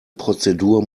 prozedur